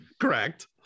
Correct